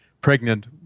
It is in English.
pregnant